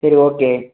சரி ஓகே